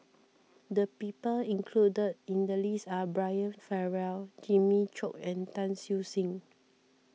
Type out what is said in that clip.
the people included in the list are Brian Farrell Jimmy Chok and Tan Siew Sin